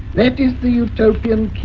that is the utopian